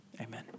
Amen